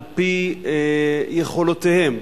על-פי יכולותיהם,